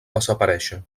desaparèixer